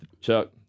chuck